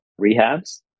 rehabs